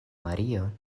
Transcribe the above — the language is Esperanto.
mario